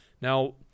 now